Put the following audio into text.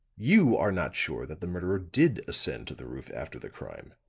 you are not sure that the murderer did ascend to the roof after the crime.